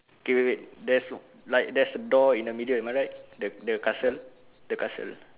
okay wait wait there's like there's a door in the middle am I right the the castle the castle